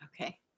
okay